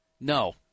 No